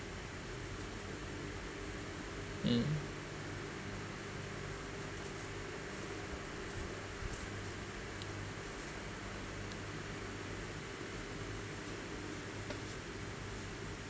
mm